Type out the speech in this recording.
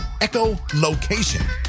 echolocation